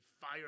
fired